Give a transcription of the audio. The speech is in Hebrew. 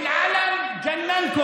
(אומר בערבית: הדגל שיגע אתכם,